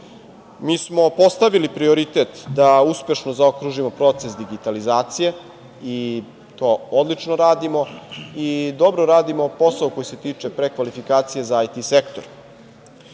Mi smo postavili prioritet da uspešno zaokružimo proces digitalizacije, i to odlično radimo, i dobro radimo posao koji se tiče prekvalifikacije za IT